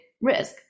risk